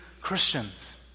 Christians